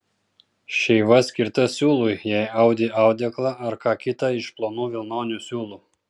šeiva skirta siūlui jei audi audeklą ar ką kita iš plonų vilnonių siūlų